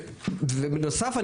בנוסף,